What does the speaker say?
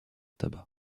tabac